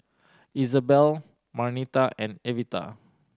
Izabelle Marnita and Evita